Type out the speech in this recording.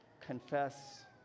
Confess